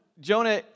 Jonah